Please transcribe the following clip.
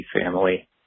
family